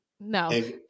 No